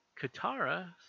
Katara